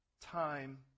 time